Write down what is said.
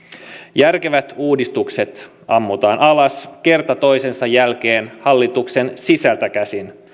järkevät uudistukset ammutaan alas kerta toisensa jälkeen hallituksen sisältä käsin